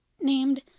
named